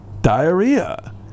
diarrhea